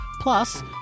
Plus